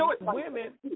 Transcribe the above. women